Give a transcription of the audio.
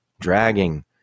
dragging